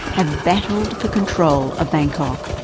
have battled for control of bangkok.